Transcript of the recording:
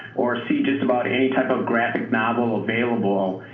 or see just about any type of graphic novel available,